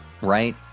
Right